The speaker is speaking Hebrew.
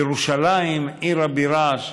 ירושלים, עיר הבירה,